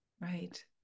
right